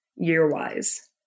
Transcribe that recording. year-wise